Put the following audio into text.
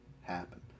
happen